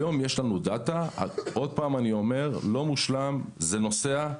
היום יש לנו דאטא, אומר שוב, לא מושלם, זה נוסע.